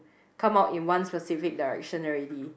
come out in one specific direction already